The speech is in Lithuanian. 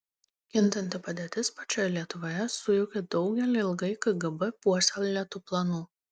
kintanti padėtis pačioje lietuvoje sujaukė daugelį ilgai kgb puoselėtų planų